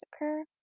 occur